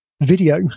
video